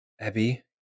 Abby